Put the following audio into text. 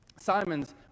Simon's